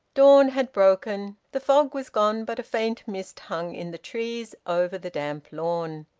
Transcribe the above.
dawn had broken. the fog was gone, but a faint mist hung in the trees over the damp lawn.